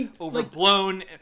overblown